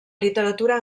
literatura